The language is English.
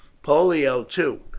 pollio, too,